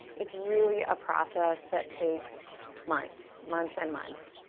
it's really a process that takes months. months and months.